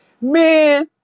Man